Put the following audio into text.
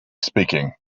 speaking